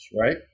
right